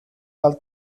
del